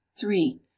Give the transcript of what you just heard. three